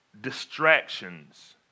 Distractions